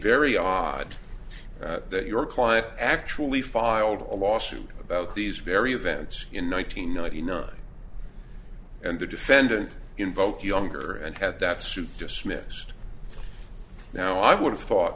very odd that your client actually filed a lawsuit about these very events in one nine hundred ninety nine and the defendant invoke younger and had that suit dismissed now i would have thought